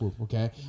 Okay